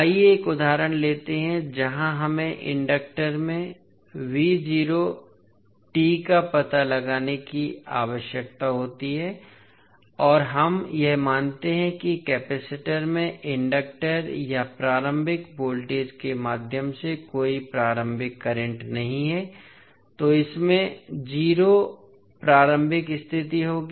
आइए एक उदाहरण लेते हैं जहां हमें इंडक्टर में का पता लगाने की आवश्यकता होती है और हम यह मानते हैं कि कपैसिटर में इंडक्टर या प्रारंभिक वोल्टेज के माध्यम से कोई प्रारंभिक करंट नहीं है तो इसमें 0 प्रारंभिक स्थिति होगी